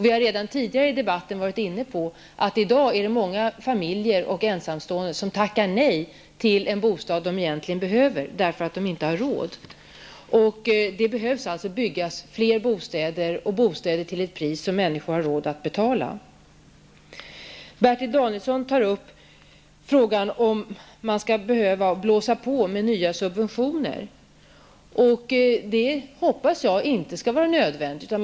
Vi har redan tidigare i debatten varit inne på att många familjer och ensamstående i dag tackar nej till en bostad som de egentligen behöver eftersom de inte har råd. Man behöver alltså bygga fler bostäder -- bostäder till ett pris som människor har råd att betala. Bertil Danielsson tar upp frågan om man skall behöva blåsa på med nya subventioner. Det hoppas jag inte skall vara nödvändigt.